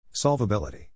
Solvability